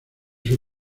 sus